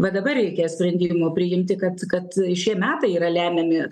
va dabar reikia sprendimą priimti kad kad šie metai yra lemiami